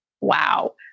wow